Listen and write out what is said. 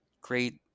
great